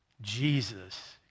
Jesus